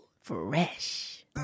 fresh